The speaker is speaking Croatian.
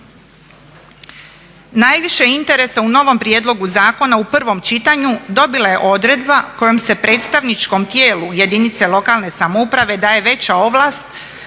Najviše interesa u novom prijedlogu zakona u prvom čitanju dobila je odredba kojom se predstavničkom tijelu jedinice lokalne samouprave daje veća ovlast